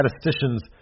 statisticians